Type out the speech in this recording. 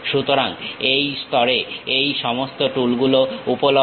সুতরাং এই স্তরে এই সমস্ত টুল গুলো উপলব্ধ